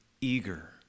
eager